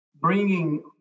bringing